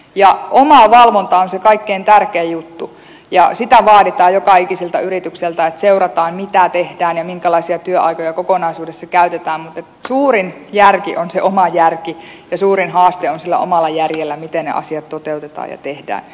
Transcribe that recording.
omavalvonta on se kaikkein tärkein juttu ja sitä vaaditaan joka ikiseltä yritykseltä että seurataan mitä tehdään ja minkälaisia työaikoja kokonaisuudessa käytetään mutta suurin järki on se oma järki ja suurin haaste on miten ne asiat sillä omalla järjellä toteutetaan ja tehdään